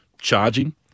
charging